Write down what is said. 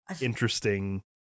interesting